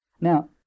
Now